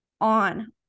on